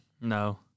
No